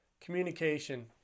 communication